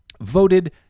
voted